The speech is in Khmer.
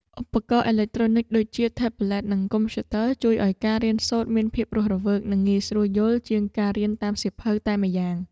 ឧបករណ៍អេឡិចត្រូនិចដូចជាថេប្លេតនិងកុំព្យូទ័រ ជួយឱ្យការរៀនសូត្រមានភាពរស់រវើកនិងងាយស្រួលយល់ជាងការរៀនតាមសៀវភៅតែម្យ៉ាង។